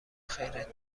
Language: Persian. خیرت